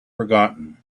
forgotten